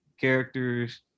characters